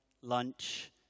lunch